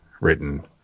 written